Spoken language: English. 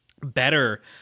better